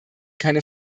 keine